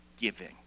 giving